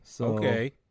Okay